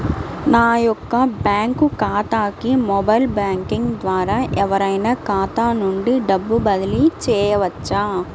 నా యొక్క బ్యాంక్ ఖాతాకి మొబైల్ బ్యాంకింగ్ ద్వారా ఎవరైనా ఖాతా నుండి డబ్బు బదిలీ చేయవచ్చా?